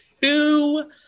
two